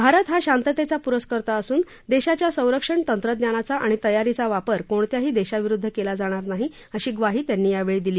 भारत हा शांततेचा पुरस्कर्ता असून देशाच्या संरक्षण तंत्रज्ञानाचा आणि तयारीचा वापर कोणत्याही देशाविरुद्ध केला जाणार नाही अशी ग्वाही त्यांनी यावेळी दिली